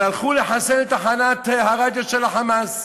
אבל הלכו לחסל את תחנת הרדיו של ה"חמאס",